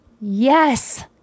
yes